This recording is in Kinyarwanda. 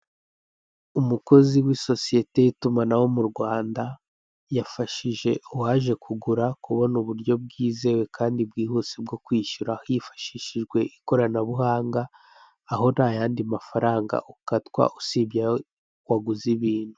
Umukozi w'isosiyete y'itumanaho mu Rwanda, yafashije uwaje kugura kubona uburyo bwizewe kandi bwihuse bwo kwishyura hifashishijwe ikoranabuhanga, aho ntayandi mafaranga ukatwa usibye ayo waguze ibintu.